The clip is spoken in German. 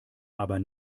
aber